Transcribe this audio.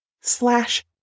slash